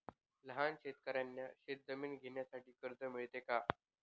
लहान शेतकऱ्यांना शेतजमीन घेण्यासाठी कर्ज मिळतो का?